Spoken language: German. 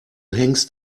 hängst